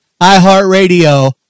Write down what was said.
iHeartRadio